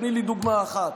תני לי דוגמה אחת.